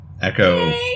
Echo